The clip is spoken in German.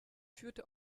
führte